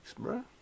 bruh